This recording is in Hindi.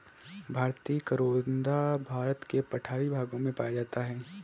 भारतीय करोंदा भारत के पठारी भागों में पाया जाता है